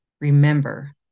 remember